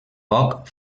poc